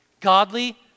Godly